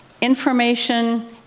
information